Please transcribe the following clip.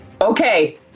Okay